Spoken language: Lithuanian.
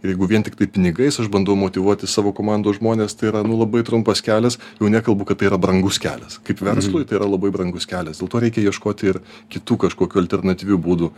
jeigu vien tiktai pinigais aš bandau motyvuoti savo komandos žmones tai yra nu labai trumpas kelias jau nekalbu kad tai yra brangus kelias kaip verslui tai yra labai brangus kelias dėl to reikia ieškoti ir kitų kažkokių alternatyvių būdų